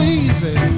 easy